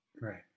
right